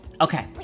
Okay